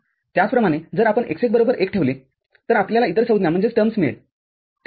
त्याचप्रमाणे जर आपण x १ बरोबर १ ठेवले तर आपल्याला इतर संज्ञा मिळेल ठीक आहे